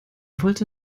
wollte